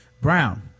Brown